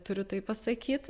turiu tai pasakyt